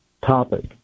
topic